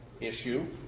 issue